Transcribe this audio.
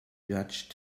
judge